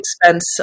Expense